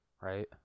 Right